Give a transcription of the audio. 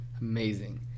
amazing